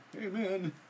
Amen